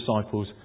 disciples